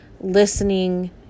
listening